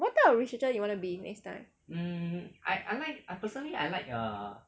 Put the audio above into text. what type of researcher you want to be next time